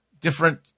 different